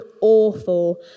awful